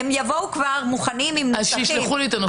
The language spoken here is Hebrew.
הם יבואו כבר מוכנים עם נוסחים -- שישלחו לי את הנוסחים.